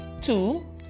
Two